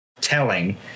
telling